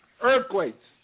earthquakes